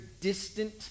distant